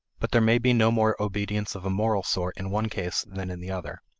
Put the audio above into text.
but there may be no more obedience of a moral sort in one case than in the other.